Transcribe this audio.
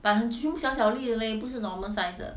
but 很全部小小粒 leh 不是 normal size 的